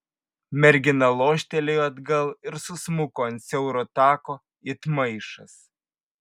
mergina loštelėjo atgal ir susmuko ant siauro tako it maišas